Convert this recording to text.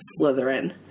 Slytherin